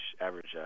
average